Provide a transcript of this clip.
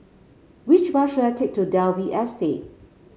which bus should I take to Dalvey Estate